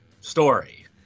story